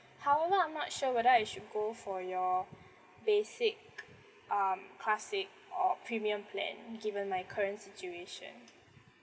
however I'm not sure whether I should go for your basic um classic or premium plan given my current situation